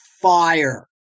fire